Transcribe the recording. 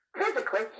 physically